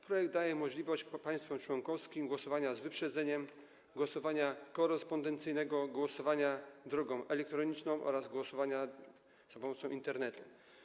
Projektowana ustawa daje możliwość państwom członkowskim głosowania z wyprzedzeniem, głosowania korespondencyjnego, głosowania drogą elektroniczną oraz głosowania za pomocą Internetu.